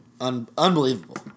Unbelievable